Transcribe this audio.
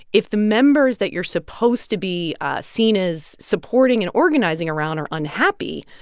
if the members that you're supposed to be seen as supporting and organizing around are unhappy,